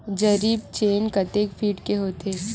जरीब चेन कतेक फीट के होथे?